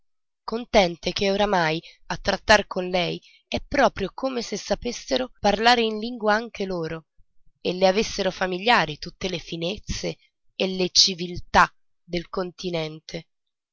contente che ormai a trattare con lei è proprio come se sapessero parlare in lingua anche loro e le avessero familiari tutte le finezze e le civiltà del continente